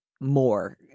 more